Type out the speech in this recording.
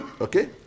okay